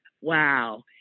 wow